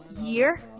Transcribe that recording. year